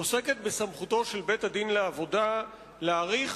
עוסקת בסמכותו של בית-הדין לעבודה להאריך